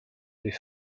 les